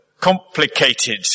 complicated